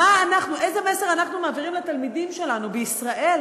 איזה מסר אנחנו מעבירים לתלמידים שלנו בישראל